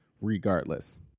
regardless